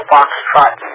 Foxtrot